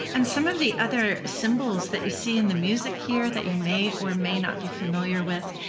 and some of the other symbols that you see in the music here that you may or may not be familiar with,